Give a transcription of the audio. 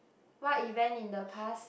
what happen in the past